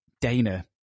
Dana